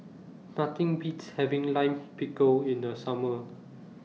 Nothing Beats having Lime Pickle in The Summer